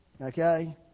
Okay